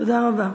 תודה רבה.